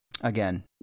again